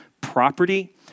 property